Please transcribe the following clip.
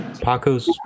Paco's